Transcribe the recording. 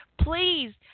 please